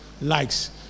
likes